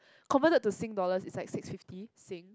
compare that to Sing dollars is like six fifty Sing